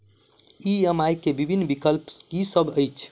EMI केँ विभिन्न विकल्प की सब अछि